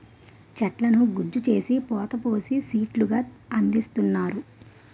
చెట్లను గుజ్జు చేసి పోత పోసి సీట్లు గా అందిస్తున్నారు